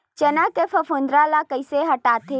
चना के फफूंद ल कइसे हटाथे?